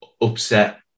upset